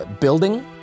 building